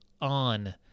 on